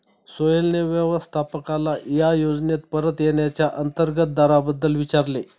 सोहेलने व्यवस्थापकाला या योजनेत परत येण्याच्या अंतर्गत दराबद्दल विचारले